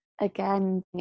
again